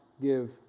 give